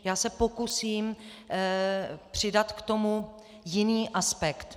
Já se pokusím přidat k tomu jiný aspekt.